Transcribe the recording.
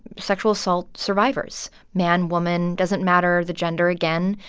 sexual assault survivors man, woman doesn't matter the gender, again,